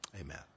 Amen